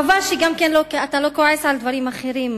חבל שאתה לא כועס גם על דברים אחרים,